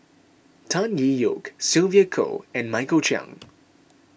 Tan Tee Yoke Sylvia Kho and Michael Chiang